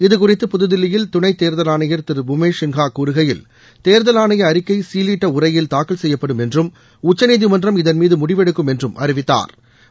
இது குறித்து புதுதில்லியில் துணை தேர்தல் ஆணையர் திரு உமேஷ் சின்ஹா கூறுகையில் தேர்தல் ஆணைய அறிக்கை சீலிட்ட உரையில் தாக்கல் செய்யப்படும் என்றும் உச்சநீதிமன்றம் இதன் மீது முடிவெடுக்கும் என்றும் அறிவித்தாா்